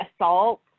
assault